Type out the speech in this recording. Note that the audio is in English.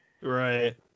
Right